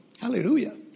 Hallelujah